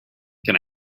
can